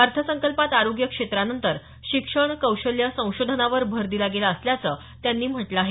अर्थसंकल्पात आरोग्य क्षेत्रानंतर शिक्षण कौशल्य संशोधनावर भर दिला गेला असल्याचं त्यांनी म्हटलं आहे